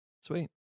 Sweet